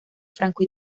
franco